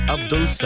Abdul